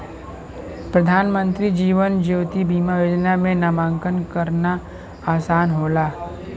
प्रधानमंत्री जीवन ज्योति बीमा योजना में नामांकन करना आसान होला